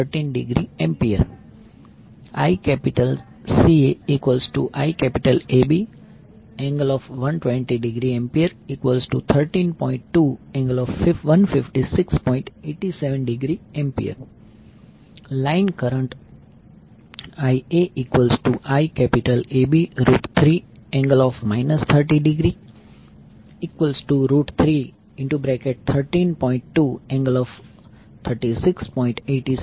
87°A line current IaIAB3∠ 30°313